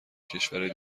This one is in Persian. کشورای